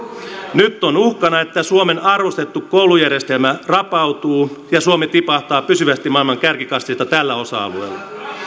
nyt on uhkana että suomen arvostettu koulujärjestelmä rapautuu ja suomi tipahtaa pysyvästi maailman kärkikastista tällä osa alueella